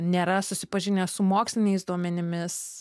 nėra susipažinę su moksliniais duomenimis